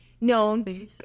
known